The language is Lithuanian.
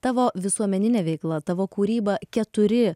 tavo visuomeninė veikla tavo kūryba keturi